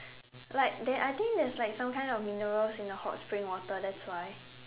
like there I think there's like some kind of minerals in the hot springs water that's why